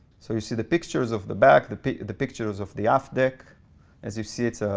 so you see the pictures of the back, the the pictures of the aft deck as you see it.